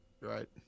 Right